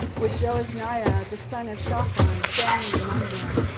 with jaazaniah the son of shaphan standing among them.